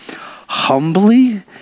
Humbly